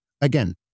again